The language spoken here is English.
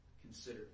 Consider